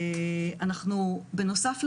בנוסף,